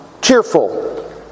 cheerful